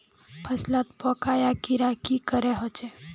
फसलोत पोका या कीड़ा की करे होचे?